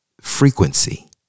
frequency